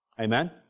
Amen